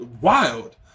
wild